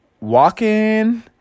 walking